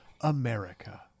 America